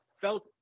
felt